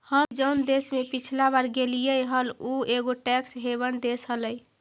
हम भी जऊन देश में पिछला बार गेलीअई हल ऊ एगो टैक्स हेवन देश हलई